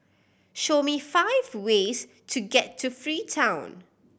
show me five ways to get to Freetown